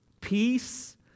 Peace